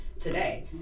today